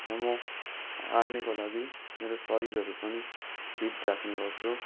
र म आर्मीको लागि मेरो शरीरहरू पनि फिट राख्नेगर्छु